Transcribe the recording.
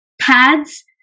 pads